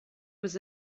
was